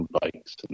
bikes